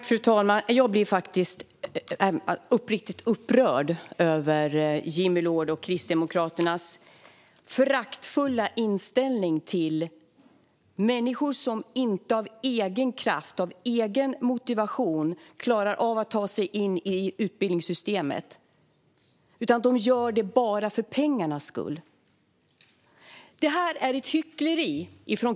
Fru talman! Jag blir uppriktigt upprörd över Jimmy Loords och Kristdemokraternas föraktfulla inställning till människor som inte av egen kraft och motivation klarar av att ta sig in i utbildningssystemet. De gör det bara för pengarnas skull.